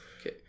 Okay